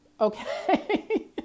Okay